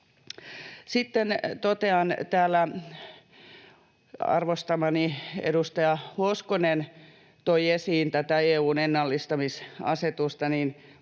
Sitten totean, kun arvostamani edustaja Hoskonen toi esiin tätä EU:n ennallistamisasetusta, että